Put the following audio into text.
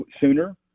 sooner